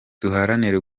duharanira